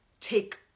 take